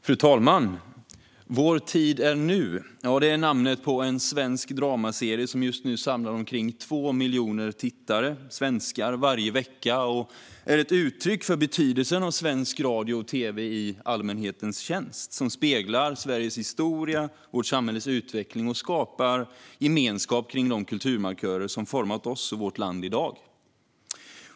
Fru talman! Vår tid är nu . Detta är namnet på en svensk dramaserie som just nu samlar omkring 2 miljoner svenska tittare varje vecka. Serien är ett uttryck för betydelsen av svensk radio och tv i allmänhetens tjänst. Den speglar Sveriges historia och vårt samhälles utveckling och skapar gemenskap runt de kulturmarkörer som format oss och vårt land i dag.